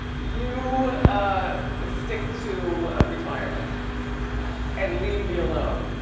you ah stick to ah retirement and leave me alone.